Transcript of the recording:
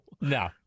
no